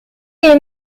les